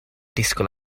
disgwyl